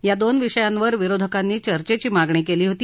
या दोन विषयांवर विरोधकांनी चर्चेची मागणी केली होती